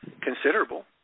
considerable